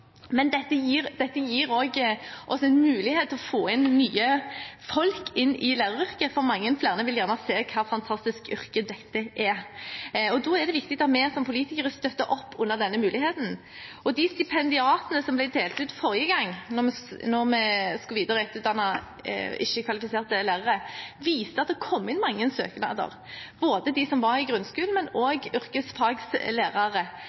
men dette gir oss også en mulighet til å få nye folk inn i læreryrket, for mange flere vil nok se hvilket fantastisk yrke dette er. Da er det viktig at vi som politikere støtter opp under denne muligheten. Da det ble delt ut stipendiater forrige gang vi skulle videre- og etterutdanne ikke-kvalifiserte lærere, viste det seg at det kom inn mange søknader, både fra dem som var i grunnskolen, og